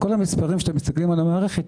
כשאתם מסתכלים על כל המספרים במערכת,